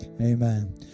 Amen